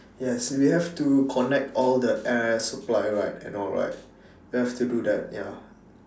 yes if we have to connect all the air supply right and all right we have to do that ya